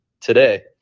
today